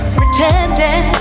pretending